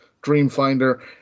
Dreamfinder